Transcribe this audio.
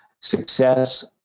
success